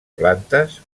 plantes